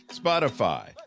Spotify